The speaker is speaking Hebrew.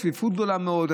וצפיפות גדולה מאוד,